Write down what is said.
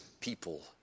people